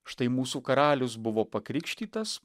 štai mūsų karalius buvo pakrikštytas